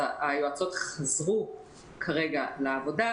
היועצות חזרו לעבודה,